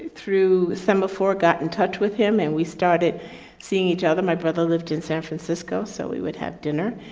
through semaphore got in touch with him and we started seeing each other. my brother lived in san francisco, so we would have dinner.